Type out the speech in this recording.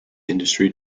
industry